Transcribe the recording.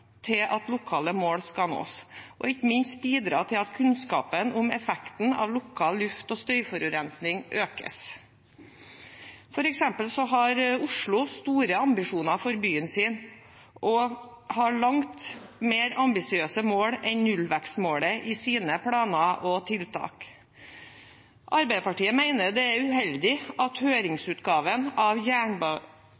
til at lokale mål skal nås, og ikke minst bidra til at kunnskapen om effekten av lokal luft- og støyforurensning økes, f.eks. har Oslo store ambisjoner for byen sin og har langt mer ambisiøse mål enn nullvekstmålet i sine planer og tiltak. Arbeiderpartiet mener det er uheldig at